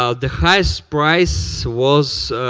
ah the highest price was